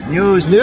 News